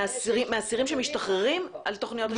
מהאסירים שמשתחררים על תוכניות השיקום.